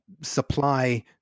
supply